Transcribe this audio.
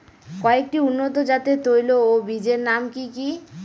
কয়েকটি উন্নত জাতের তৈল ও বীজের নাম কি কি?